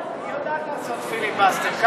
היא יודעת לעשות פיליבסטר.